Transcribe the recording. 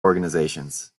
organisations